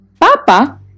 Papa